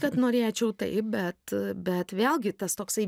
kad norėčiau taip bet bet vėlgi tas toksai